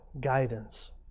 guidance